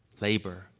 labor